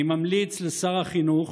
אני ממליץ לשר החינוך